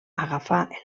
agafar